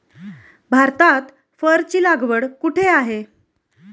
भारतात फरची लागवड कुठे आहे?